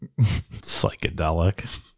Psychedelic